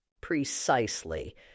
Precisely